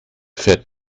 fährt